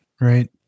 Right